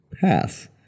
pass